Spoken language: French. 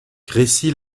crécy